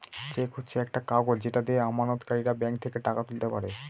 check হচ্ছে একটা কাগজ যেটা দিয়ে আমানতকারীরা ব্যাঙ্ক থেকে টাকা তুলতে পারে